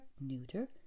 neuter